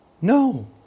No